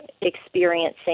experiencing